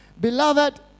Beloved